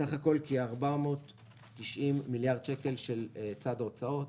סך הכול כ-490 מיליארד שקל של צד ההוצאות.